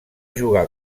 jugar